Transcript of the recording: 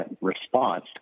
response